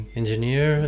engineer